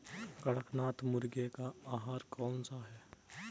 कड़कनाथ मुर्गे का आहार कौन सा है?